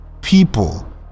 people